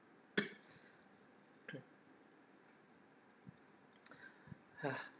ha